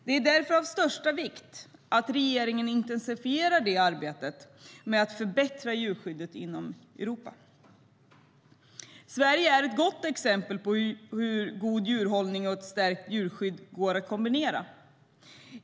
Det är därför av största vikt att regeringen intensifierar arbetet med att förbättra djurskyddet inom Europa.Sverige är ett gott exempel på hur god djurhållning och ett stärkt djurskydd går att kombinera.